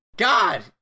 god